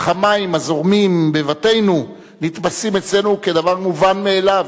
אך המים הזורמים בבתינו נתפסים אצלנו כדבר מובן מאליו.